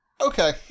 Okay